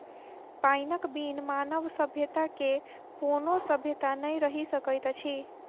पाइनक बिन मानव सभ्यता के कोनो सभ्यता नै रहि सकैत अछि